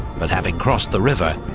but having crossed the river,